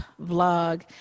vlog